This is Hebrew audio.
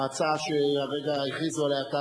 ההצעה שהרגע הכריזו עליה,